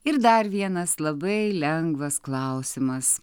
ir dar vienas labai lengvas klausimas